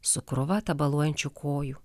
su krūva tabaluojančių kojų